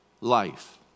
life